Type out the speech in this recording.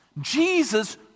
Jesus